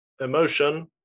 emotion